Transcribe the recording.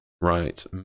Right